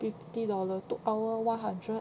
fifty dollar two hour one hundred